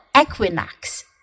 Equinox